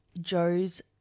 Joe's